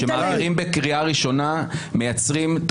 כשמעבירים בקריאה ראשונה מייצרים את